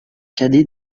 cadet